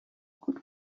what